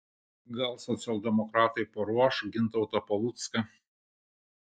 gal socialdemokratai paruoš gintautą palucką